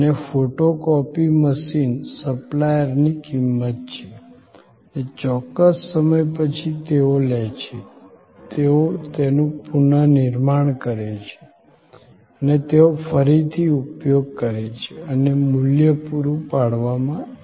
અને photocopy machine સપ્લાયરની મિલકત છે અને ચોક્કસ સમય પછી તેઓ લે છે તેઓ તેનું પુનઃનિર્માણ કરે છે અને તેનો ફરીથી ઉપયોગ કરે છે અને મૂલ્ય પૂરું પાડવામાં આવે છે